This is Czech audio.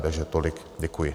Takže tolik, děkuji.